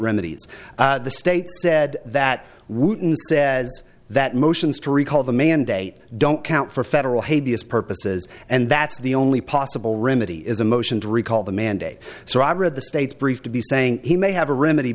remedies the state said that says that motions to recall the mandate don't count for federal hate b s purposes and that's the only possible remedy is a motion to recall the mandate so i've read the state's brief to be saying he may have a remedy